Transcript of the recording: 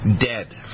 dead